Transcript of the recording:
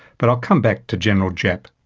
but i'll come back to general giap,